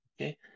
Okay